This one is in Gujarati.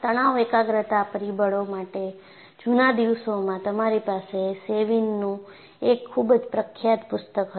તણાવ એકાગ્રતા પરિબળો માટે જૂના દિવસોમાં તમારી પાસે સેવિનનું એક ખૂબ જ પ્રખ્યાત પુસ્તક હતું